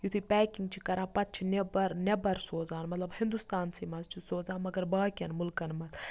یُتھٕے پیکِنٛگ چھِ کَران پَتہٕ چھِ نٮ۪پَر نٮ۪بَر سوزان مَطلَب ہِندوستانسٕے مَنٛز چھِ سوزان مگر باقیَن مُلکَن مَنٛز